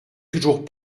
toujours